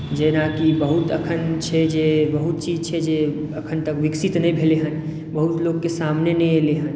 जेना कि बहुत अखन छै जे बहुत चीज छै जे अखन तक विकिसित नहि भेलै हेँ बहुत लोकक सामने नहि एलै हेँ